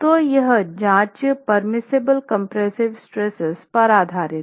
तो यह जाँच पेर्मिसिबल कम्प्रेस्सिव स्ट्रेस पर आधारित है